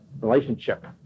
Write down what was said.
relationship